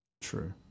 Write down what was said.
true